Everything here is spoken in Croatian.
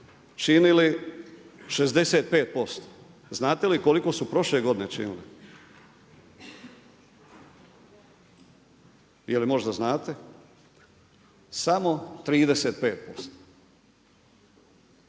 činili 65%. Znate li koliko su prošle godine činili? Jel možda znate? Samo 35%.